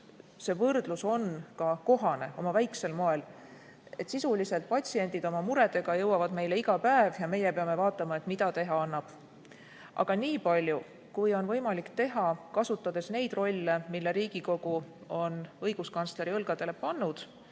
see võrdlus kohane, oma väiksel moel. Sisuliselt patsiendid oma muredega jõuavad meile iga päev ja meie peame vaatama, mida teha annab. Aga nii palju, kui on võimalik teha, kasutades neid rolle, mille Riigikogu on õiguskantsleri õlgadele pannud,